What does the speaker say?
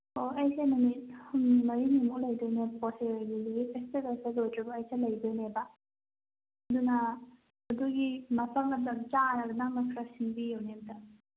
ꯑꯣ ꯑꯩꯁꯦ ꯅꯨꯃꯤꯠ ꯍꯨꯝꯅꯤ ꯃꯔꯤꯅꯤꯃꯨꯛ ꯂꯩꯗꯣꯏꯅꯦꯕꯀꯣ ꯁꯤꯔꯣꯏ ꯂꯤꯂꯤꯒꯤ ꯐꯦꯁꯇꯤꯕꯦꯜꯁꯦ ꯂꯣꯏꯗ꯭ꯔꯤꯐꯥꯎꯕ ꯑꯩꯁꯦ ꯂꯩꯗꯣꯏꯅꯦꯕ ꯑꯗꯨꯅ ꯑꯗꯨꯒꯤ ꯃꯐꯝ ꯃꯇꯝ ꯆꯥꯅꯕ ꯅꯪꯅ ꯈꯔ ꯁꯤꯟꯕꯤꯎꯅꯦ ꯑꯝꯇ